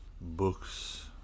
books